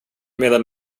medan